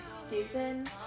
stupid